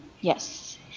Yes